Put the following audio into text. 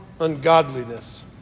ungodliness